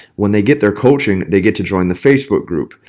when they get their coaching, they get to join the facebook group.